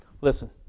listen